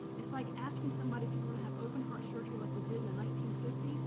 it's like asking somebody, if you want to have open heart surgery like we did in the nineteen fifty s,